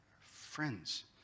Friends